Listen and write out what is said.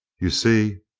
you see,